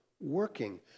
working